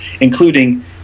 including